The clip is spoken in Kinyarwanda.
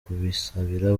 kubisabira